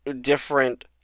different